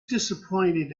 disappointed